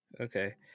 Okay